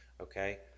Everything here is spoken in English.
okay